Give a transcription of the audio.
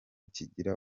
kigira